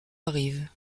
arrive